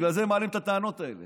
בגלל זה הם מעלים את הטענות האלה.